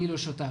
אני לא שותף.